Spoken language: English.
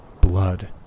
Blood